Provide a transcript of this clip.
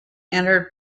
entered